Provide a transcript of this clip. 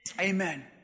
Amen